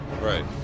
Right